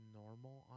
normal